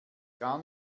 gar